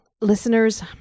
Listeners